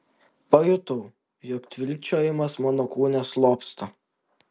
pajutau jog tvilkčiojimas mano kūne slopsta